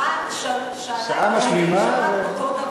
שעה משמימה, שעתיים וחצי אני שומעת את אותו דבר,